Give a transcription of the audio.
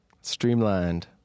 Streamlined